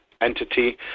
entity